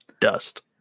Dust